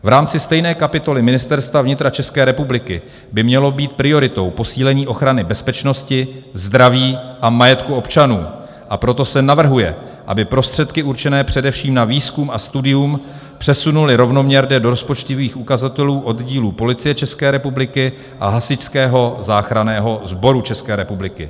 V rámci stejné kapitoly Ministerstva vnitra České republiky by mělo být prioritou posílení ochrany bezpečnosti, zdraví a majetku občanů, a proto se navrhuje, aby prostředky určené především na výzkum a studium se přesunuly rovnoměrně do rozpočtových ukazatelů oddílů Policie České republiky a Hasičského záchranného sboru České republiky.